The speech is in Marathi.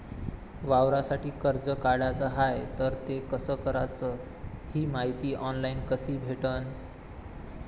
वावरासाठी कर्ज काढाचं हाय तर ते कस कराच ही मायती ऑनलाईन कसी भेटन?